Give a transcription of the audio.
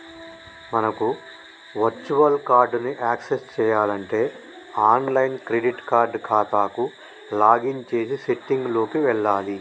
మనకు virtual card ని access చేయాలంటే ఆన్లైన్ క్రెడిట్ కార్డ్ ఖాతాకు లాగిన్ చేసి సెట్టింగ్ లోకి వెళ్లాలి